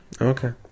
Okay